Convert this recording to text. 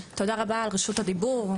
תודה רבה על רשות הדיבור,